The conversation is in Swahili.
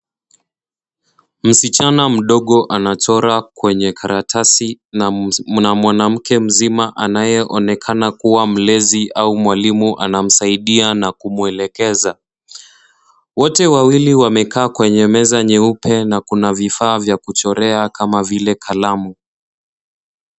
Msichana mdogo anachora kwenye karatasi na mwanamke mzima anayeonekana kua mlezi au mwalimu anamsaidia na kumwelekeza. Wote wawili wamekaa kwenye meza nyeupe na kuna vifaa vya kuchorea kama vile kalamu.